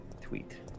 tweet